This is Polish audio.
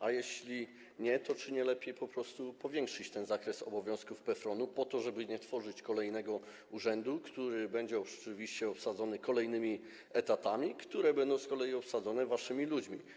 A jeśli nie, to czy nie lepiej po prostu powiększyć ten zakres obowiązków PFRON-u, po to żeby nie tworzyć kolejnego urzędu, w którym będą oczywiście stworzone kolejne etaty, które będą z kolei obsadzone waszymi ludźmi?